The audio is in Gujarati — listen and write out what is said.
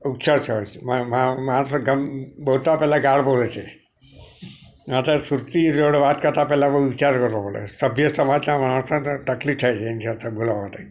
ઉચ્ચાર સરળ છે ત્યાં માણસો બોલતા પહેલાં ગાળ બોલે છે ના ત્યાં સુરતી જોડે વાત કરતાં પહેલા બહુ વિચાર કરવો પડે સભ્ય સમાજના માણસોને તકલીફ થાય છે જ્યાં ત્યાં બોલાવા માટે